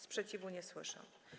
Sprzeciwu nie słyszę.